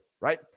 right